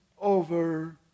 over